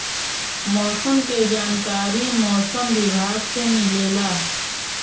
मौसम के जानकारी मौसम विभाग से मिलेला?